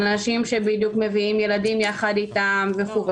אנשים שבדיוק מביאים ילדים יחד איתם וכו',